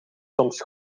soms